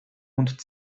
und